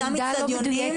לאותם אצטדיונים.